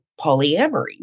polyamory